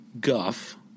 guff